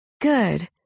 Good